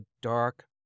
dark